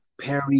Perry